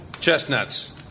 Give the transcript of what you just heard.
Chestnuts